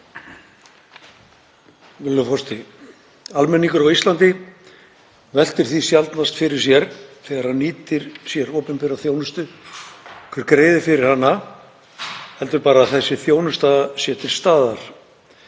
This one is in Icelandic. Virðulegur forseti. Almenningur á Íslandi veltir því sjaldnast fyrir sér þegar hann nýtir sér opinbera þjónustu hver greiðir fyrir hana, heldur bara að þessi þjónusta sé til staðar.